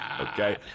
Okay